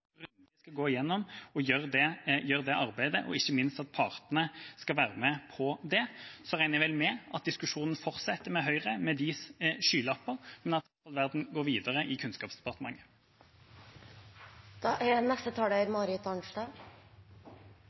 skal gå igjennom det og gjøre det arbeidet, og ikke minst at partene skal være med på det. Så regner jeg med at diskusjonen fortsetter med Høyre, med deres skylapper, men at verden går videre i Kunnskapsdepartementet. Det er